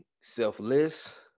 selfless